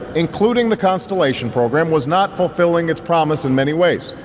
including the constellation program, was not fulfilling its promise in many ways.